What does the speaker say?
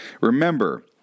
Remember